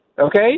Okay